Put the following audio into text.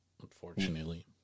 unfortunately